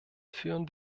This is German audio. führen